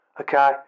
Okay